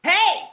Hey